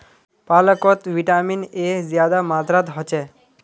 पालकोत vitamin A ज्यादा मात्रात होछे